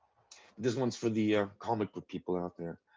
this one's for the comic book people out there.